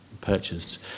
purchased